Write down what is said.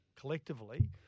collectively